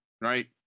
right